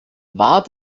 war